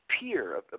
peer